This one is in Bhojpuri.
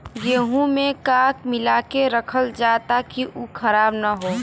गेहूँ में का मिलाके रखल जाता कि उ खराब न हो?